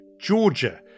Georgia